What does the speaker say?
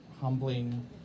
humbling